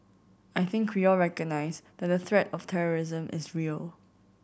I think we all recognise that the threat of terrorism is real